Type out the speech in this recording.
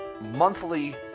monthly